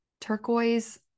turquoise